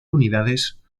unidades